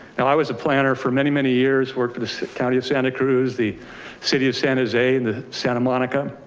and i was a planner for many, many years, worked for the county of santa cruz, the city of san jose and the santa monica.